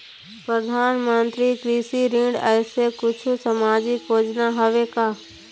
परधानमंतरी कृषि ऋण ऐसे कुछू सामाजिक योजना हावे का?